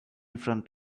front